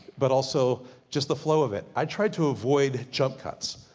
but also just the flow of it. i try to avoid jump cuts.